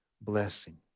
blessing